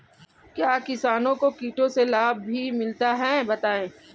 क्या किसानों को कीटों से लाभ भी मिलता है बताएँ?